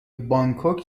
بانکوک